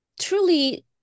truly